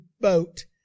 boat